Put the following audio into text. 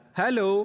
Hello